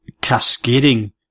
cascading